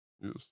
yes